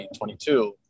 2022